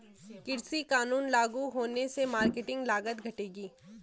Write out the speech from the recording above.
कृषि कानून लागू होने से मार्केटिंग लागत घटेगी